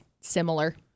similar